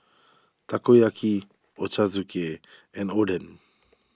Takoyaki Ochazuke and Oden